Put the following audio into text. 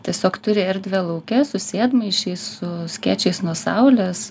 tiesiog turi erdvę lauke su sėdmaišiais su skėčiais nuo saulės